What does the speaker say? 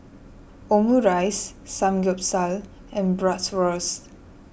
Omurice Samgeyopsal and Bratwurst